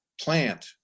plant